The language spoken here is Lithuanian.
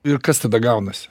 ir kas tada gaunasi